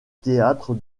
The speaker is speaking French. théâtre